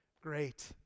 great